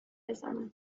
بزنم